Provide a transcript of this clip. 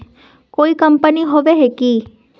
कोई कंपनी होबे है की?